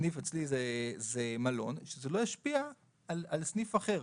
ואצלי סניף זה מלון, שזה לא ישפיע על סניף אחר.